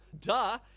duh